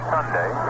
Sunday